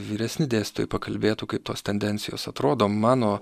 vyresni dėstytojai pakalbėtų kaip tos tendencijos atrodo mano